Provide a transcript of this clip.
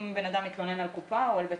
אם בן אדם מתלונן על קופה או על בית